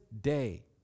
day